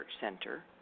center